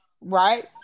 right